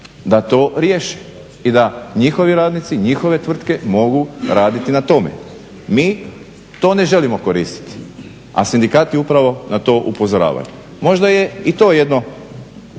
da to riješe i da njihovi radnici, njihove tvrtke mogu raditi na tome. Mi to ne želimo koristiti, a sindikati upravo na to upozoravaju. Možda je i to jedno